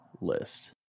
list